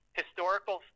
historical